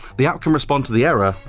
the app can respond to the error,